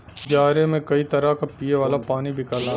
बजारे में कई तरह क पिए वाला पानी बिकला